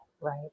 Right